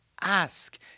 ask